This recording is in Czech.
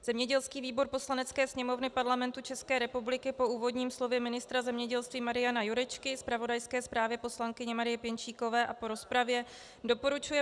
Zemědělský výbor Poslanecké sněmovny Parlamentu České republiky po úvodním slově ministra zemědělství Mariana Jurečky, zpravodajské zprávě poslankyně Marie Pěnčíkové a po rozpravě doporučuje